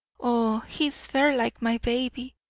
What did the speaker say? oh, he is fair like my baby,